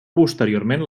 posteriorment